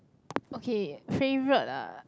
okay favourite ah